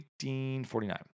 1849